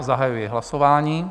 Zahajuji hlasování.